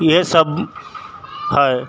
इएहसब हइ